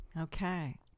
okay